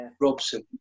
Robson